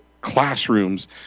classrooms